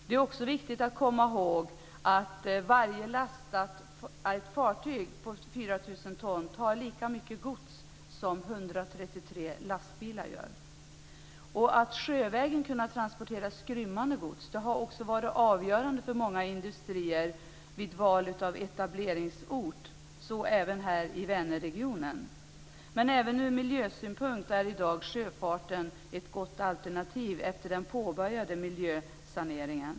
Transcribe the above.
Det är också viktigt att komma ihåg att varje lastat fartyg på 4 000 ton tar lika mycket gods som 133 lastbilar. Att sjövägen kunna transportera skrymmande gods har varit avgörande för många industrier vid val av etableringsort, så även i Vänerregionen. Men även ur miljösynpunkt är efter den påbörjade miljösaneringen sjöfarten i dag ett gott alternativ.